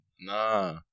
Nah